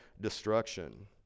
destruction